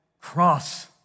cross